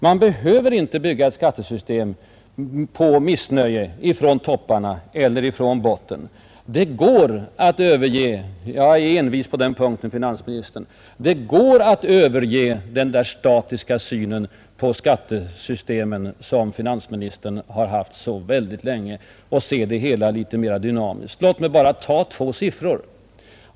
Man behöver inte bygga ett skattesystem på missnöje vare sig från toppen eller från botten. Det borde gå — jag är envis på den punkten, herr finansminister — att överge den statiska syn på skatterna, som finansministern haft så länge, och se det hela mer dynamiskt. Låt mig exemplifiera med några siffror.